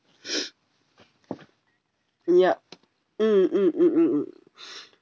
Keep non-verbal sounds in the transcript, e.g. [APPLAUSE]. [NOISE] yup mm mm mm mm mm [NOISE]